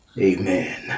amen